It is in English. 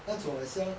那种 like some